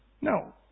No